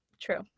True